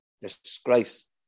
disgrace